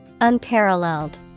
Unparalleled